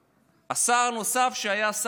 השר הנוסף שהיה שר ללא תיק